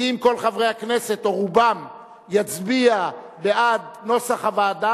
ואם כל חברי הכנסת או רובם יצביעו בעד נוסח הוועדה,